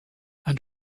and